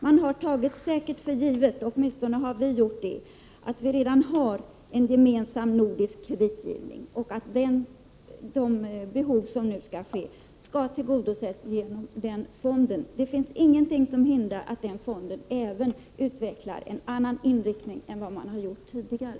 Man har säkert tagit för givet, åtminstone har vi moderater gjort det, att det redan finns en gemensam nordisk kreditgivning och att de behov som nu finns skall tillgodoses genom denna fond. Det finns ingenting som hindrar att man i fonden även utvecklar en annan inriktning än vad man har gjort tidigare.